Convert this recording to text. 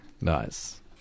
Nice